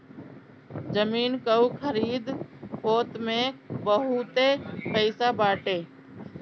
जमीन कअ खरीद फोक्त में बहुते पईसा बाटे